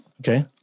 Okay